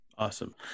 Awesome